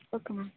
okay ma'am